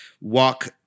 walk